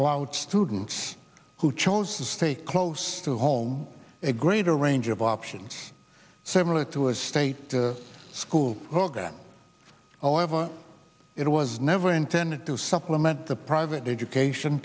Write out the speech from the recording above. allowed students who chose to stay close to home a greater range of options similar to a state school program however it was never intended to supplement the private education